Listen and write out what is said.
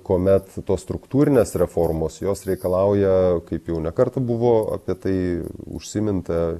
kuomet tos struktūrinės reformos jos reikalauja kaip jau ne kartą buvo apie tai užsiminta